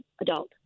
adult